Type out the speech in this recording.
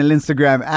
Instagram